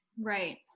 Right